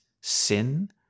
Sin